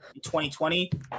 2020